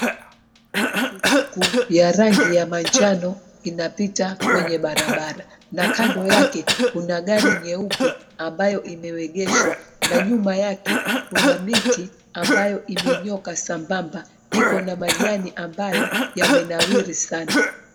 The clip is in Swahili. Tukutuku ya rangi ya manjano inapita kwenye barabara na kando yake kuna gari nyeupe ambayo imeegeshwa na nyuma yake kuna miti ambayo imenyooka sambamba iko na majani ambayo yamenawiri sana.